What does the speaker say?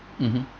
mmhmm